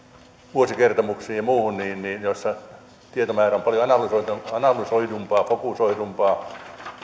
vuosikertomuksiin ja muihin joissa tietomäärä on paljon analysoidumpaa fokusoidumpaa